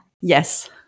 Yes